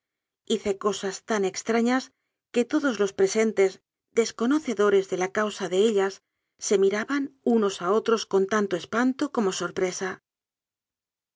narse hice cosas tan extrañas que todos los pre sentes desconocedores de la causa de ellas se mi raban unos a otros con tanto espanto como